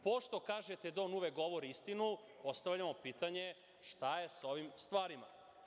Pošto kažete da on uvek govori istinu, postavljamo pitanje – šta je sa ovim stvarima?